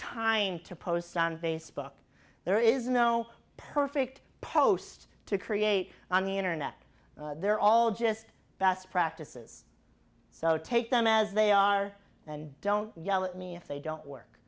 time to post sun facebook there is no perfect post to create on the internet they're all just best practices so take them as they are and don't yell at me if they don't work